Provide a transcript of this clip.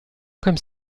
comme